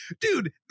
Dude